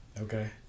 Okay